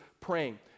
praying